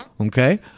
Okay